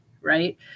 right